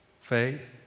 faith